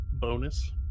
bonus